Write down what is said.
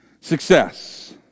success